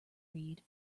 read